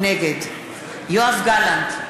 נגד יואב גלנט,